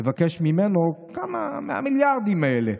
לבקש ממנו כמה מהמיליארדים האלה.